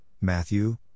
Matthew